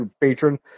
patron